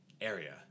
area